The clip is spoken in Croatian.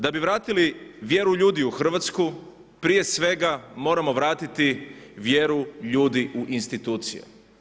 Da bi vratili vjeru ljudi u Hrvatsku prije svega moramo vratiti vjeru ljudi u institucije.